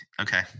Okay